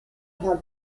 have